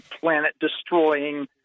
planet-destroying